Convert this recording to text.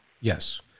Yes